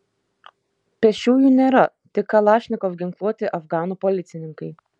pėsčiųjų nėra tik kalašnikov ginkluoti afganų policininkai